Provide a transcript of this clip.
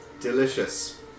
Delicious